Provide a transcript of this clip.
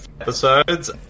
episodes